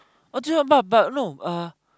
oh dear but but no uh